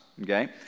okay